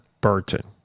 Burton